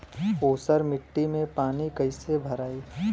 ऊसर मिट्टी में पानी कईसे भराई?